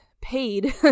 paid